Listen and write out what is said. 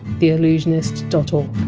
theallusionist dot o